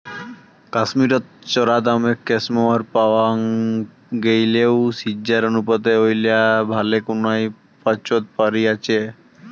কাশ্মীরত চরাদামে ক্যাশমেয়ার পাওয়াং গেইলেও সিজ্জার অনুপাতে ঐলা ভালেকুনায় পাচোত পরি আচে